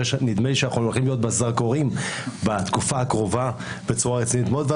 נדמה לי שאנחנו הולכים להיות בזרקורים בתקופה הקרובה בצורה רצינית מאוד.